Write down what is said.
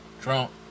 drunk